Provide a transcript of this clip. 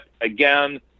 again